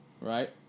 Right